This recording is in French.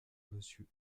monsieur